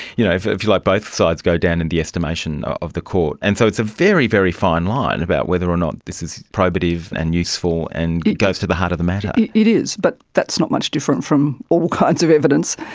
you know if if you like, both sides go down in the estimation of the court. and so it's a very, very fine line about whether or not this is probative and useful and goes to the heart of the matter. it is, but that's not much different from all kinds of evidence,